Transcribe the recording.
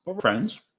Friends